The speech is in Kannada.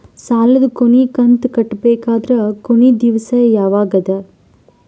ಸಾಲದ ಕೊನಿ ಕಂತು ಕಟ್ಟಬೇಕಾದರ ಕೊನಿ ದಿವಸ ಯಾವಗದ?